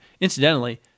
Incidentally